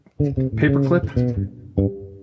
paperclip